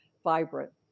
Vibrant